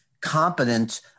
competent